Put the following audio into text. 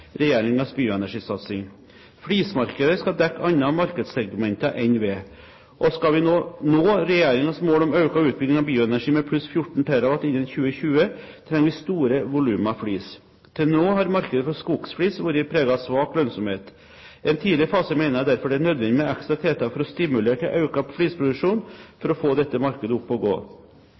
bioenergisatsing. Flismarkedet skal dekke andre markedssegmenter enn ved. Og skal vi nå regjeringens mål om økt utbygging av bioenergi med pluss 14 TWh innen 2020, trenger vi store volumer flis. Til nå har markedet for skogsflis vært preget av svak lønnsomhet. I en tidlig fase mener jeg derfor det er nødvendig med ekstra tiltak for å stimulere til økt flisproduksjon – for å få dette markedet opp å gå.